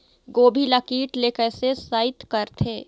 गोभी ल कीट ले कैसे सइत करथे?